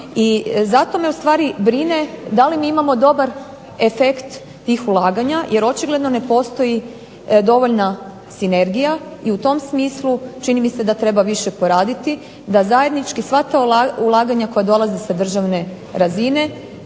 I zato me ustvari brine da li mi imamo dobar efekt tih ulaganja, jer očigledno ne postoji dovoljna sinergija, i u tom smislu čini mi se da treba više poraditi, da zajednički sva ta ulaganja koja dolaze sa državne razine